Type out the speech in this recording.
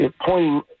pointing